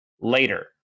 later